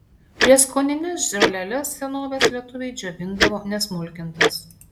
prieskonines žoleles senovės lietuviai džiovindavo nesmulkintas